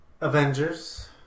Avengers